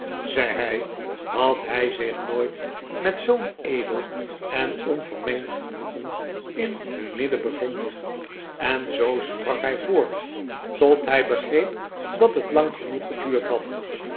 zei hij had hij zich nooit met zoo'n edel en onvermengd genoegen in hun midden bevonden en zoo sprak hij voort tot hij begreep dat het lang genoeg geduurd had